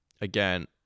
again